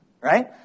right